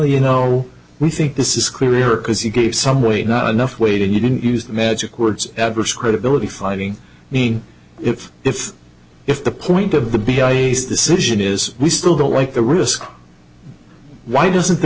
you know we think this is clearer because you gave some weight not enough weight and you didn't use the magic words adverse credibility fighting i mean if if if the point of the big ice decision is we still don't like the risk why doesn't t